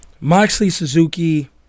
Moxley-Suzuki